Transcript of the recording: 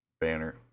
banner